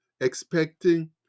expecting